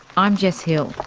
i'm jess hill.